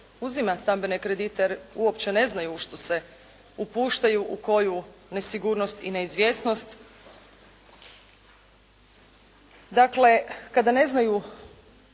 uzima stambene kredite jer uopće ne znaju u što se upuštaju, u koju nesigurnost i neizvjesnost. Dakle, kada ne znaju